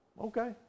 Okay